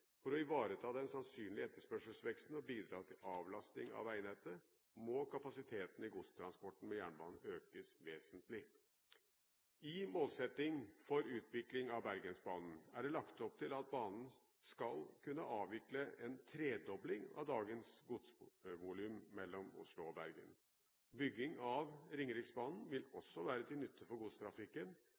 For å ivareta den sannsynlige etterspørselsveksten og bidra til avlastning av vegnettet, må kapasiteten i godstransporten med jernbane økes vesentlig.» I målsettingen for utvikling av Bergensbanen er det lagt opp til at banen skal kunne avvikle en tredobling av dagens godsvolum mellom Oslo og Bergen. Bygging av Ringeriksbanen vil også være til nytte for godstrafikken,